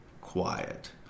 Quiet